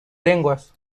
lenguas